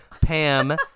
Pam